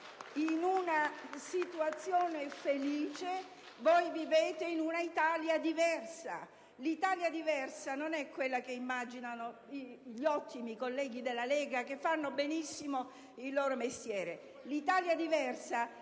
in una situazione felice, voi vivete in un'Italia diversa. L'Italia diversa non è quella che immaginano gli ottimi colleghi della Lega Nord, che fanno benissimo il loro mestiere. L'Italia diversa